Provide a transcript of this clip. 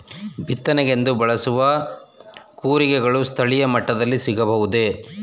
ಬಿತ್ತನೆಗೆಂದು ಬಳಸುವ ಕೂರಿಗೆಗಳು ಸ್ಥಳೀಯ ಮಟ್ಟದಲ್ಲಿ ಸಿಗಬಹುದೇ?